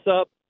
up